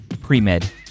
Pre-Med